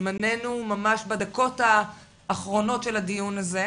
זמננו ממש בדקות האחרונות של הדיון הזה.